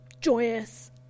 joyous